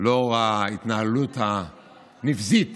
מהחברה הישראלית.